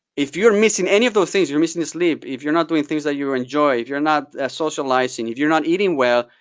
if you're missing any of those things, you're missing the sleep, if you're not doing things that you enjoy, if you're not socializing, if you're not eating well,